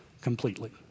completely